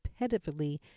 repetitively